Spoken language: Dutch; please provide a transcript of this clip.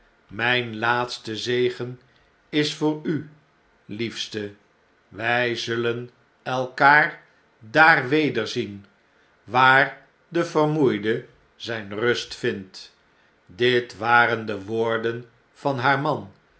mgn laatste zegen is voor u liefste wjj zullen elkaar daar wederzien waar de vermoeide zpe rust vindt dit waren de woorden van haar man